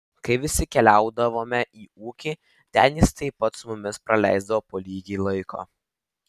kai visi keliaudavome į ūkį ten jis taip pat su mumis praleisdavo po lygiai laiko